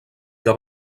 que